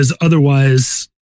otherwise